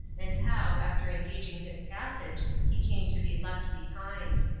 and how, after engaging his passage, he came to be left behind.